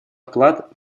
вклад